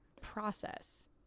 process